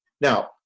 Now